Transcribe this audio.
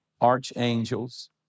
archangels